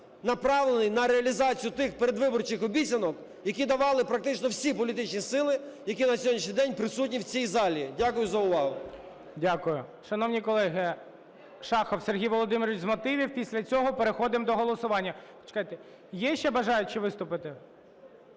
направлений на реалізацію тих передвиборчих обіцянок, які давали практично всі політичні сили, які на сьогоднішній день присутні в цій залі. Дякую за увагу. ГОЛОВУЮЧИЙ. Дякую. Шановні колеги, Шахов Сергій Володимирович – з мотивів. Після цього переходимо до голосування. Почекайте. Є ще бажаючі виступити?